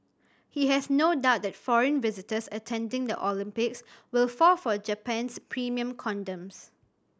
he has no doubt that foreign visitors attending the Olympics will fall for Japan's premium condoms